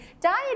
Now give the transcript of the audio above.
diet